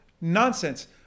Nonsense